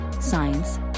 science